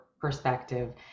perspective